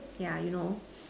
yeah you know